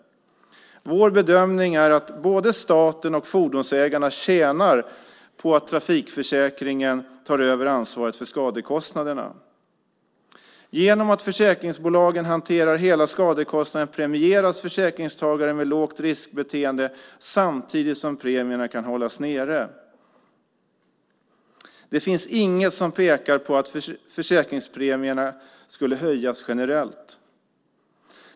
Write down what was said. Vår bedömning är att både staten och fordonsägarna tjänar på att trafikförsäkringen tar över ansvaret för skadekostnaderna. Genom att försäkringsbolagen hanterar hela skadekostnaden premieras försäkringstagare med lågt riskbeteende samtidigt som premierna kan hållas nere. Det finns inget som pekar på att försäkringspremierna skulle höjas generellt.